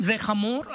זה חמור.